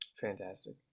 Fantastic